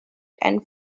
and